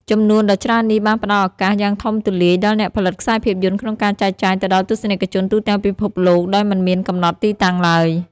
ចំនួនដ៏ច្រើននេះបានផ្តល់ឱកាសយ៉ាងធំទូលាយដល់អ្នកផលិតខ្សែភាពយន្តក្នុងការចែកចាយទៅដល់ទស្សនិកជនទូទាំងពិភពលោក ដោយមិនមានកំណត់ទីតាំងឡើយ។